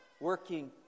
working